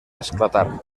esclatar